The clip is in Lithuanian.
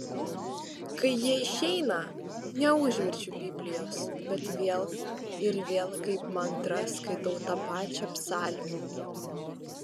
kai jie išeina neužverčiu biblijos bet vėl ir vėl kaip mantrą skaitau tą pačią psalmę